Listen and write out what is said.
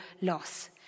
loss